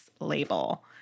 label